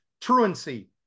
truancy